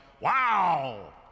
wow